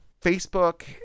Facebook